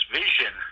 vision